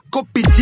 Copy